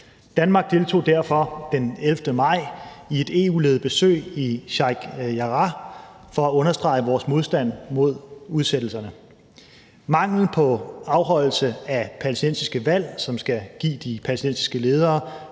Danmark deltog derfor den 11. maj i et EU-ledet besøg i Sheikh Jarrah for at understrege vores modstand mod udsættelserne. Manglen på afholdelse af palæstinensiske valg, som skal give de palæstinensiske ledere